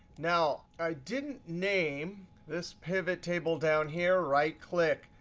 now, i didn't name this pivot table down here. right click,